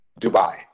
Dubai